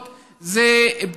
זה בכייה לדורות,